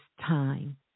time